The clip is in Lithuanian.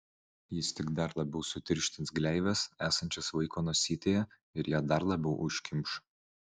jis tik dar labiau sutirštins gleives esančias vaiko nosytėje ir ją dar labiau užkimš